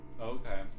Okay